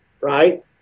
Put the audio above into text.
Right